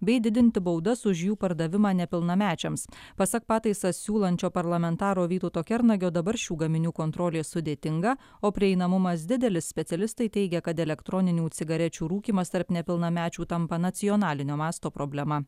bei didinti baudas už jų pardavimą nepilnamečiams pasak pataisą siūlančio parlamentaro vytauto kernagio dabar šių gaminių kontrolė sudėtinga o prieinamumas didelis specialistai teigia kad elektroninių cigarečių rūkymas tarp nepilnamečių tampa nacionalinio masto problema